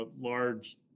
large